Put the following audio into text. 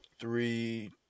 Three